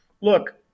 look